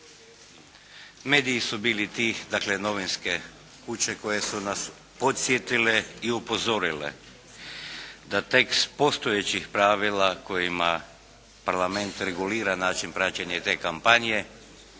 Mediji su bili ti, dakle novinske kuće koje su nas podsjetile i upozorile da tekst postojećih kojima Parlament regulira način praćenja te kampanje